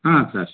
ಹಾಂ ಸರ್